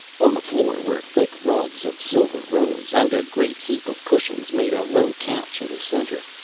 on the floor were thick rugs of silver rose. and a great heap of cushions made a low couch in the center.